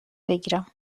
بگیرم